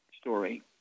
story